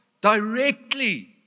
directly